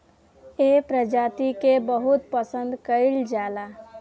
एह प्रजाति के बहुत पसंद कईल जाला